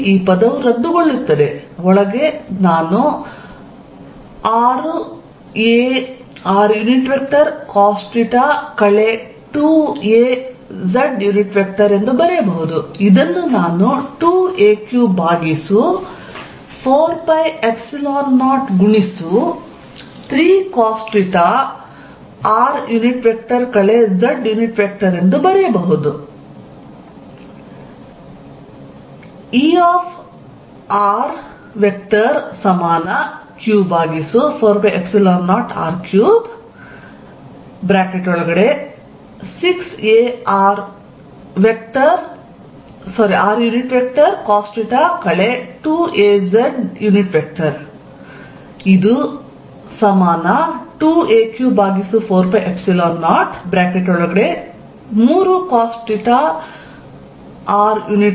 ಇಲ್ಲಿ ಈ ಪದವು ರದ್ದುಗೊಳ್ಳುತ್ತದೆ ಒಳಗೆ ನಾನು 6arcosθ 2az ಬರೆಯಬಹುದು ಇದನ್ನು ನಾನು 2aq ಭಾಗಿಸು 4π0 ಗುಣಿಸು 3cosθr z ಎಂದು ಬರೆಯಬಹುದು